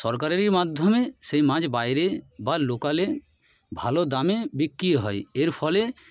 সরকারেরই মাধ্যমে সেই মাছ বাইরে বা লোকালে ভালো দামে বিক্রি হয় এর ফলে